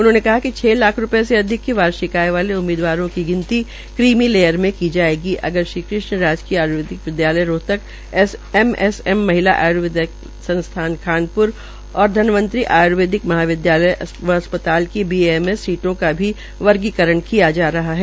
उन्होंने बताया कि छ लाख रूपये के अधिककी वार्षिक आय वाले उम्मीदवार की गिनती क्रीमी लेयर में की जायेगी और श्री कृष्ण राजकीय आय्र्वेदिक महाविद्यालय रोहतक एमएसएम महिला आय्र्वेदिक संस्थान खानपुर और धन्वंतरी आयुर्वेदिक महाविदयालय व अस्पताल की बीएएमएस सीटों का भी वर्गीकरण किया जा रहा है